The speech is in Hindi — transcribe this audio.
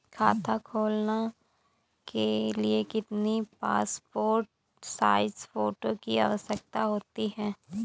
खाता खोलना के लिए कितनी पासपोर्ट साइज फोटो की आवश्यकता होती है?